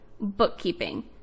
bookkeeping